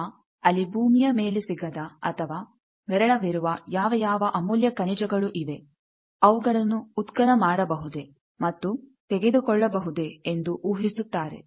ಅಥವಾ ಅಲ್ಲಿ ಭೂಮಿಯ ಮೇಲೆ ಸಿಗದ ಅಥವಾ ವಿರಳವಿರುವ ಯಾವ ಯಾವ ಅಮೂಲ್ಯ ಖನಿಜಗಳು ಇವೆ ಅವುಗಳನ್ನು ಉತ್ಖನ ಮಾಡಬಹುದೇ ಮತ್ತು ತೆಗೆದುಕೊಳ್ಳಬಹುದೇ ಎಂದು ಊಹಿಸುತ್ತಾರೆ